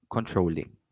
Controlling